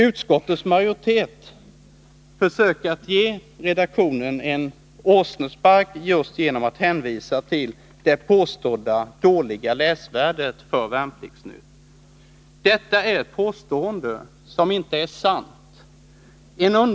Utskottets majoritet försöker ge redaktionen en åsnespark just genom att hänvisa till det påstådda dåliga läsvärdet. Detta påstående är inte sant.